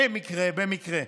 במקרה, במקרה.